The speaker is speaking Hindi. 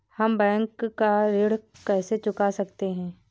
हम बैंक का ऋण कैसे चुका सकते हैं?